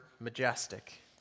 majestic